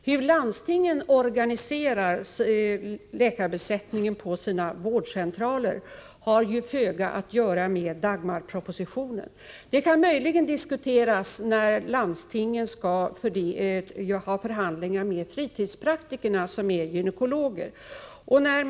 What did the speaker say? Hur landstingen organiserar läkarbesättningen på sina vårdcentraler har ju föga att göra med Dagmarpropositionen. Förslagen kan möjligen diskuteras när landstingen skall förhandla med de fritidspraktiker som är gynekologer.